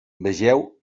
vegeu